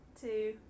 two